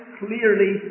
clearly